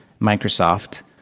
Microsoft